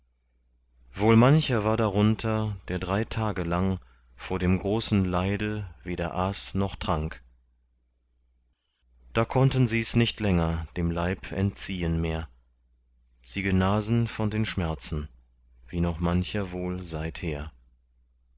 wohl mancher war darunter der drei tage lang vor dem großen leide weder aß noch trank da konnten sie's nicht länger dem leib entziehen mehr sie genasen von den schmerzen wie noch mancher wohl seither